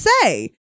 say